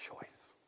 choice